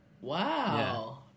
Wow